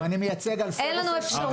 אני מייצג אלפי רופאים --- אין לנו אפשרות.